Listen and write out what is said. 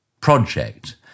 project